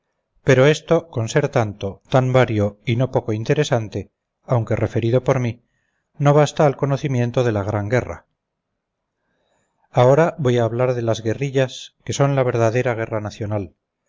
pero esto con ser tanto tan vario y no poco interesante aunque referido por mí no basta al conocimiento de la gran guerra ahora voy a hablar de las guerrillas que son la verdadera guerra nacional